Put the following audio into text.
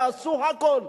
יעשו הכול,